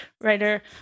writer